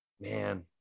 Man